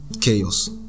chaos